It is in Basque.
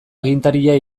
agintaria